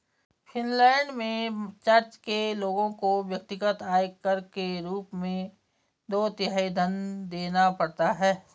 Finland में church के लोगों को व्यक्तिगत आयकर के रूप में दो तिहाई धन देना पड़ता है